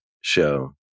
show